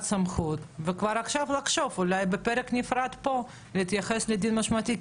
סמכות וכבר עכשיו לחשוב אולי בפרק נפרד פה להתייחס לדין המשמעתי,